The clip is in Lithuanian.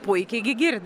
puikiai gi girdi